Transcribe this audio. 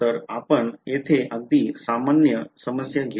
तर आपण येथे अगदी सामान्य समस्या घेऊ